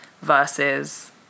versus